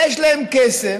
יש להם כסף,